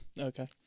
Okay